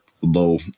low